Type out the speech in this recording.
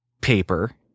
paper